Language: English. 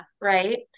Right